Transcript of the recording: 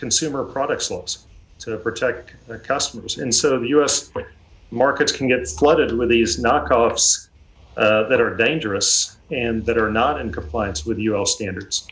consumer products laws to protect their customers instead of us markets can get clouded with these knockoffs that are dangerous and that are not in compliance with u s standards